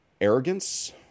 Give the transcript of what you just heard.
Arrogance